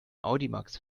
audimax